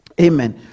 Amen